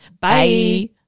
Bye